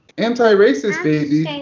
antiracist baby